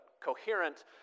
coherent